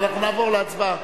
ואנחנו נעבור להצבעה.